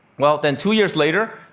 well, then two years later,